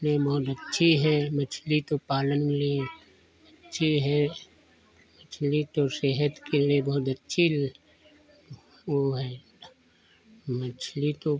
में बहुत अच्छी है मछली तो पालन के लिए अच्छी है मछली तो सेहत के लिए बहुत अच्छी वह है मछली तो